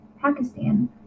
Pakistan